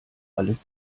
alles